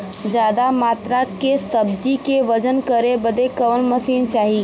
ज्यादा मात्रा के सब्जी के वजन करे बदे कवन मशीन चाही?